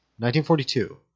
1942